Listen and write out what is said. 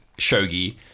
Shogi